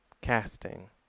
casting